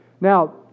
Now